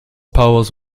powers